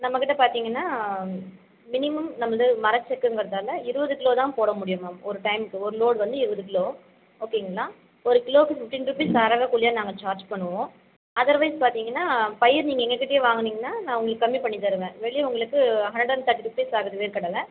நம்ம கிட்டே பார்த்தீங்கன்னா மினிமம் வந்து மரச்செக்குங்கிறதால இருபது கிலோ தான் போட முடியும் மேம் ஒரு டைமுக்கு ஒரு லோட் வந்து இருபது கிலோ ஓகேங்களா ஒரு கிலோவுக்கு ஃபிஃப்ட்டின் ருப்பீஸ் அரவை கூலியாக நாங்கள் சார்ஜ் பண்ணுவோம் அதர்வைஸ் பார்த்தீங்கன்னா பயிர் நீங்கள் எங்கள் கிட்டேயே வாங்குனீங்கன்னால் நான் உங்களுக்கு கம்மி பண்ணி தருவேன் வெளியே உங்களுக்கு ஹண்ட்ரட் அண்ட் தேர்ட்டி ருப்பீஸ் ஆகுது வேர்க்கடலை